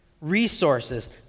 resources